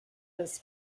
this